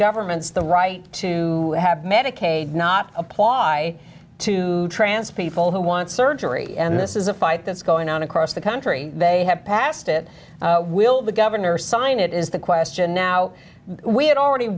governments the right to have medicaid not apply to transport people who want surgery and this is a fight that's going on across the country they have passed it will the governor sign it is the question now we had already